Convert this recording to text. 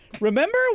Remember